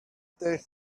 deg